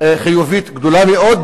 חיובית גדולה מאוד,